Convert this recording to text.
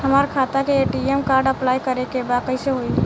हमार खाता के ए.टी.एम कार्ड अप्लाई करे के बा कैसे होई?